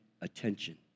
attention